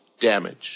damage